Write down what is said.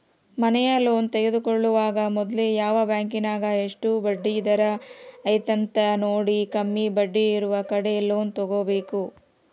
ಮನೆಯ ಲೋನ್ ತೆಗೆದುಕೊಳ್ಳುವಾಗ ಮೊದ್ಲು ಯಾವ ಬ್ಯಾಂಕಿನಗ ಎಷ್ಟು ಬಡ್ಡಿದರ ಐತೆಂತ ನೋಡಿ, ಕಮ್ಮಿ ಬಡ್ಡಿಯಿರುವ ಕಡೆ ಲೋನ್ ತಗೊಬೇಕು